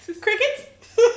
Crickets